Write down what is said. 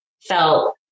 felt